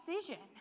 decision